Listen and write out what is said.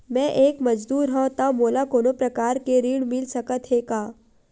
मैं एक मजदूर हंव त मोला कोनो प्रकार के ऋण मिल सकत हे का?